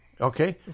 Okay